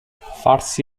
farsi